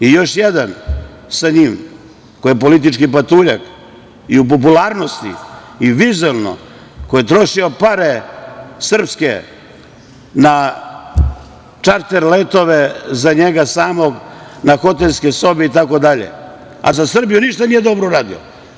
I još jedan sa njim, koji je politički patuljak i u popularnosti i vizuelno, koji je trošio pare srpske na čarter letove za njega samog, na hotelske sobe itd, a da za Srbiju ništa nije dobro uradio.